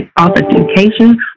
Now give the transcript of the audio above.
authentication